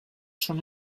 schon